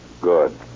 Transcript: Good